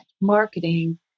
marketing